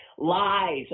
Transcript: Lies